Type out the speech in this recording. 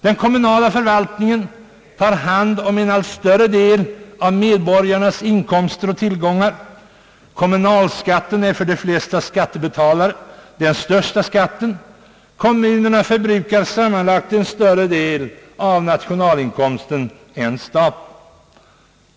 Den kommunala förvaltningen tar hand om en allt större del av medborgarnas inkomster och tillgångar. Kommunalskatten är för de flesta skattebetalare den största skatten. Kommunerna förbrukar sammanlagt en större del av nationalinkomsten än staten.